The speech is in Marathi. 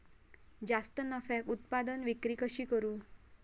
जास्त नफ्याक उत्पादन विक्री कशी करू?